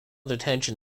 detention